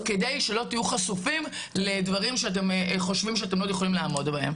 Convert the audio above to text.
כדי שלא תהיו חשופים לדברים שאתם חושבים שאתם לא יכולים לעמוד בהם.